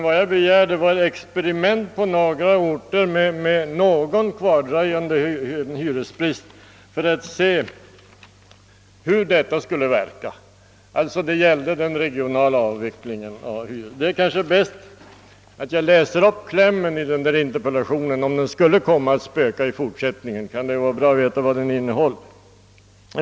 Vad jag begärde var ett experiment på några orter med någon kvardröjande bostadsbrist för att se hur detta skulle verka. Det gällde alltså den regionala avvecklingen av hyresregleringen. Det är kanske bäst att jag läser upp klämmen i denna interpellation. Om den skulle komma att spöka i fortsättningen, kan det vara bra att veta vad den innehåller.